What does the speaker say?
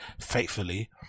faithfully